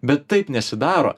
bet taip nesidaro